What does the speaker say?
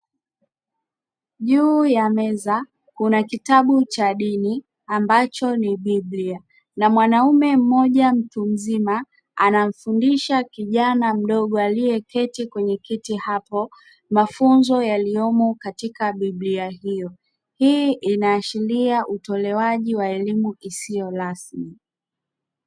Juu ya meza kuna kitabu cha dini, ambacho ni biblia. Na mwanaume mmoja mtu mzima anamfundisha kijana mdogo aliyeketi kwenye kiti hapo, mafunzo yaliyomo katika biblia hiyo. Hii inaashiria utolewaji wa elimu isiyo rasmi.